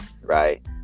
right